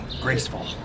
graceful